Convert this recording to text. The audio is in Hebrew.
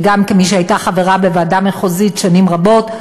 וגם כמי שהייתה חברה בוועדה מחוזית שנים רבות,